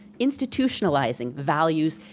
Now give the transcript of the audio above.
institutionalizing values,